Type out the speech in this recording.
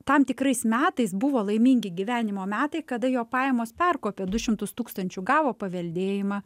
tam tikrais metais buvo laimingi gyvenimo metai kada jo pajamos perkopė du šimtus tūkstančių gavo paveldėjimą